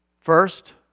First